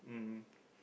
um